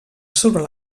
sobre